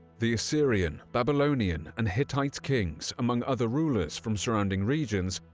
the assyrian, babylonian and hittite kings, among other rulers from surrounding regions,